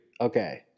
okay